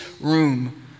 room